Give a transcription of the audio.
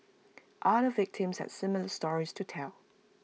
other victims had similar stories to tell